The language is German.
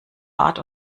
art